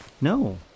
No